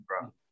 bro